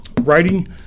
writing